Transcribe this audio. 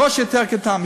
הראש יותר קטן,